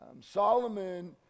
Solomon